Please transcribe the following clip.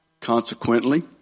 Consequently